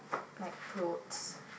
like clothes